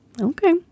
okay